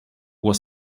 was